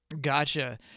Gotcha